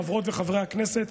חברות וחברי הכנסת,